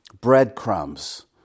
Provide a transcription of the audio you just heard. breadcrumbs